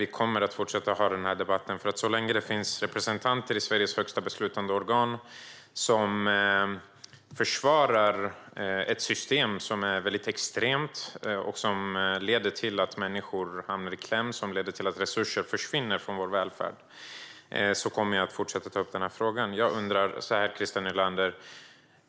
Vi kommer att fortsätta att ha den debatten så länge det finns representanter i Sveriges högsta beslutande organ som försvarar ett system som är väldigt extremt. Det leder till att människor hamnar i kläm och att resurser försvinner från vår välfärd. Jag kommer att fortsätta att ta upp den frågan.